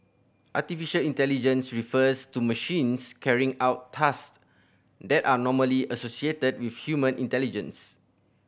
artificial intelligence refers to machines carrying out task that are normally associated with human intelligence